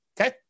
Okay